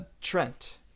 trent